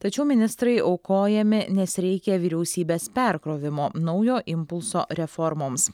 tačiau ministrai aukojami nes reikia vyriausybės perkrovimo naujo impulso reformoms